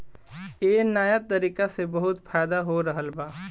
ए नया तरीका से बहुत फायदा हो रहल बा